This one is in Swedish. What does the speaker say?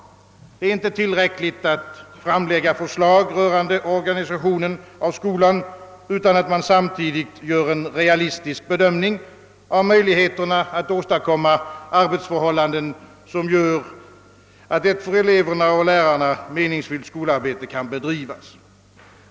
Det är inte tillräckligt att framlägga förslag rörande organisationen i skolan, om man inte samtidigt gör en realistisk bedömning av möjligheterna att åstadkomma arbetsförhållanden som gör att ett för eleverna och lärarna meningsfullt skolarbete kan bedrivas.